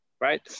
right